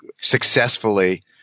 successfully